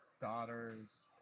daughter's